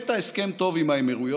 הבאת הסכם טוב עם האמירויות,